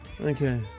Okay